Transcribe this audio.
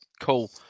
cool